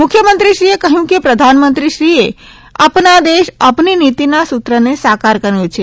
મુખ્યમંત્રીશ્રી એ કહ્યુ કે પ્રધાનમંત્રીશ્રી એ અપના દેશ અપનીનિતિમાં સુત્રને સાકાર કર્યું છે